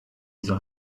soll